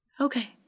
Okay